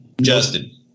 Justin